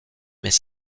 mais